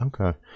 okay